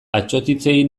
atsotitzei